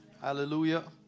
Hallelujah